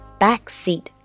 Backseat